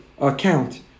account